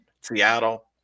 seattle